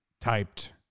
typed